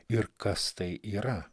ir kas tai yra